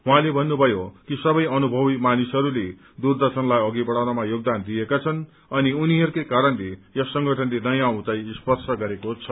उहाँले भन्नुभयो कि सबै अनुभयो मानिसहरूले दूरदर्शनलाई अघि बढ़ाउनमा योगदान दिएका छन् अनि यिनीहरूकै कारणले यस संगठनले नयाँ उचाई स्पर्श गरेको छ